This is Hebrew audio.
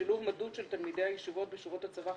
שילוב מדוד של תלמידי הישיבות בשורות הצבא,